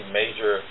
major